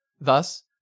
Thus